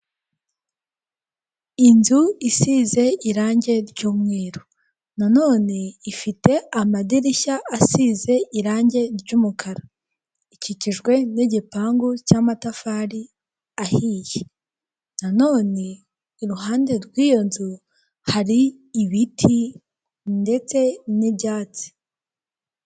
Inzu isize irange ry' umweru nanone ifite amadirishya asize irange ry' umukara, ikikijwe n' igipangu cy' amatafari ahiye nanone iruhande rw' iyo nzu hari ibiti ndetse n' ibyatsi.